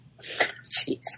Jeez